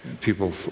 people